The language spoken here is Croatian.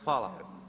Hvala.